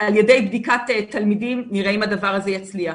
על ידי בדיקת תלמידים, נראה אם הדבר הזה יצליח.